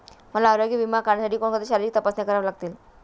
मला आरोग्य विमा काढण्यासाठी कोणत्या शारीरिक तपासण्या कराव्या लागतील?